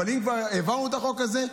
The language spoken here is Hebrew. אבל אם כבר העברנו את החוק הזה,